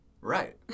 Right